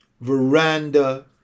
veranda